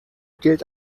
gilt